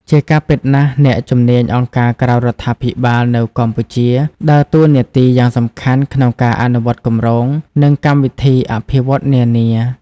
ជាការពិណាស់អ្នកជំនាញអង្គការក្រៅរដ្ឋាភិបាលនៅកម្ពុជា ដើរតួនាទីយ៉ាងសំខាន់ក្នុងការអនុវត្តគម្រោង និងកម្មវិធីអភិវឌ្ឍន៍នានា។